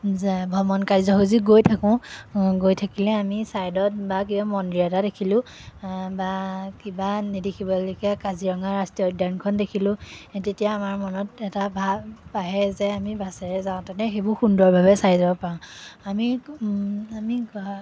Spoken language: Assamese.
যে ভ্ৰমণ কাৰ্যসূচী গৈ থাকোঁ ও গৈ থাকিলে আমি ছাইডত বা কিবা মন্দিৰ এটা দেখিলোঁ আ বা কিবা নেদেখিবলগা কাজিৰঙা ৰাষ্ট্ৰীয় উদ্যানখন দেখিলোঁ তেতিয়া আমাৰ মনত এটা ভাৱ আহে যে আমি বাছেৰে যাওঁতেনে সেইবোৰ সুন্দৰভাৱে চাই যাব পাৰোঁ আমি আমি